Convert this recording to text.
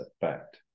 effect